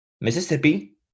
Mississippi